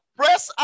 press